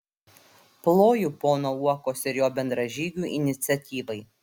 ploju pono uokos ir jo bendražygių iniciatyvai